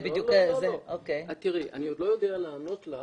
אני עוד לא יודע לענות לך.